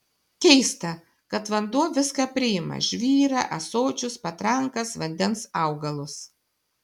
keista kad vanduo viską priima žvyrą ąsočius patrankas vandens augalus